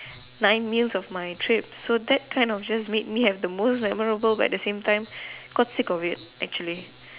nine meals of my trip so that kind of just make me have the most memorable but at the same time got sick of it actually